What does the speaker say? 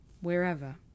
wherever